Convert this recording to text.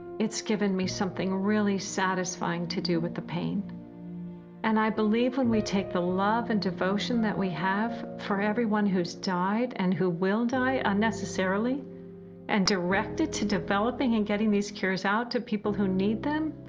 it's giving me something really satisfying to do with the pain and i believe when we take the love and devotion that we have, for anyone who's died and who will die unnecessarily and are direct it to developing and getting these cures out to people, who need them,